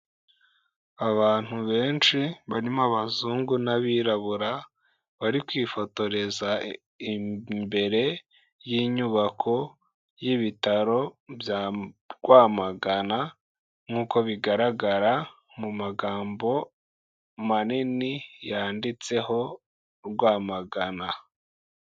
Abantu benshi barimo abazungu n'abirabura, bari kwifotoreza imbere y'inyubako y'ibitaro bya Rwamagana, nkuko bigaragara mu magambo manini yanditseho Rwamagana.